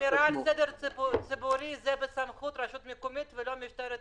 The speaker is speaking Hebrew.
האם השמירה על הסדר הציבורי זה בסמכות רשות מקומית ולא משטרת ישראל?